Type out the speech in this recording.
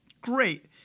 great